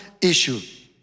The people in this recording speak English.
issue